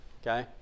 okay